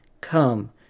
come